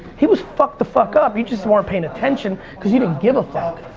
he was fucked the fuck up, you just weren't paying attention cause you didn't give a fuck.